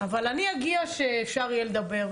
אבל אני אגיע כשאפשר יהיה לדבר.